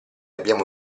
abbiamo